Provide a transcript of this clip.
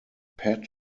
pat